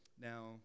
Now